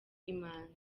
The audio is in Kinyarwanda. imanzi